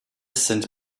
sind